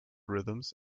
rhythms